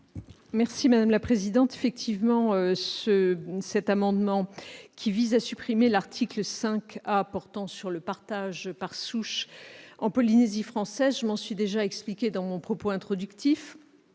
est à Mme la garde des sceaux. Cet amendement vise à supprimer l'article 5 A portant sur le partage par souche en Polynésie française. Je m'en suis déjà expliquée dans mon propos introductif.